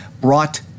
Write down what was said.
brought